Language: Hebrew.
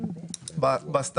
1(1)(ב)(2)(ב).